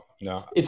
no